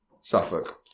Suffolk